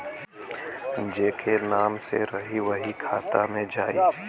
जेके नाम से रही वही के खाता मे जाई